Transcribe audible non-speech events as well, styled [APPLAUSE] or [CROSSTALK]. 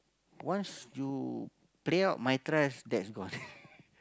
once you play out my trust that's gone [LAUGHS]